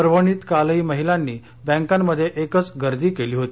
परभणीत कालही महिलानी बँकांत एकच गर्दी केली होती